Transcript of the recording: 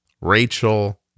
Rachel